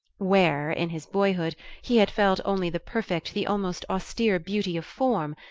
where, in his boyhood, he had felt only the perfect, the almost austere beauty of form,